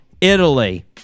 Italy